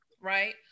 Right